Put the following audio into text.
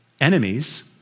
enemies